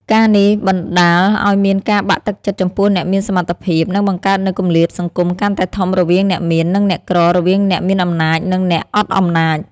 ការណ៍នេះបណ្តាលឲ្យមានការបាក់ទឹកចិត្តចំពោះអ្នកមានសមត្ថភាព និងបង្កើតនូវគម្លាតសង្គមកាន់តែធំ រវាងអ្នកមាន និងអ្នកក្រ រវាងអ្នកមានអំណាច និងអ្នកអត់អំណាច។